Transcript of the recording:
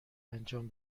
انجام